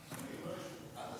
חוזה הביטוח (תיקון מס'